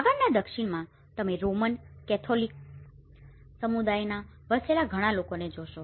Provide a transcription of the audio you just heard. આગળના દક્ષિણમાં તમે રોમન કેથોલિક સમુદાયો ના વસેલા ઘણા લોકોને જોશો